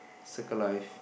circle life